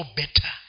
better